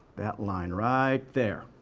that line right there.